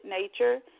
nature